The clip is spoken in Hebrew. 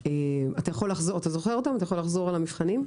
אתה יכול לחזור על המבחנים?